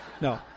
No